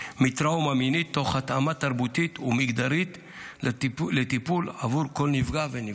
מטראומה מינית תוך התאמה תרבותית ומגדרית לטיפול עבור כל נפגע ונפגעת.